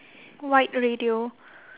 white radio